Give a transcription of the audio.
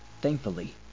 Thankfully